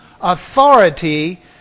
authority